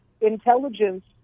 intelligence